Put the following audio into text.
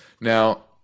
Now